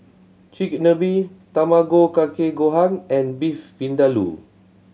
Chigenabe Tamago Kake Gohan and Beef Vindaloo